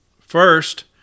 first